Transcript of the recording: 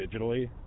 digitally